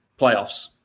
playoffs